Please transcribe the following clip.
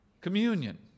Communion